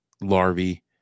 larvae